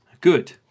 Good